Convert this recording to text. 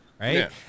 right